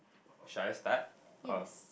should I start or